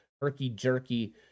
herky-jerky